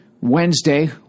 Wednesday